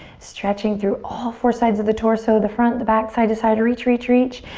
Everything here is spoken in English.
stretching through all four sides of the torso. the front, the back, side to side, reach, reach, reach.